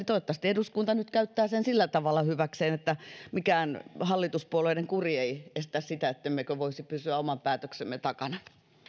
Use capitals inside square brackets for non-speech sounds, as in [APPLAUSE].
[UNINTELLIGIBLE] toivottavasti eduskunta nyt käyttää sen sillä tavalla hyväkseen että mikään hallituspuolueiden kuri ei estä sitä ettemmekö voisi pysyä oman päätöksemme takana